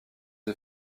une